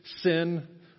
sin